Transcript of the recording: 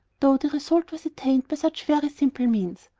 though the result was attained by such very simple means.